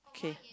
okay